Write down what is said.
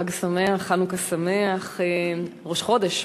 חג שמח, חנוכה שמח, ראש חודש,